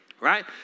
Right